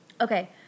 Okay